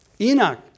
Enoch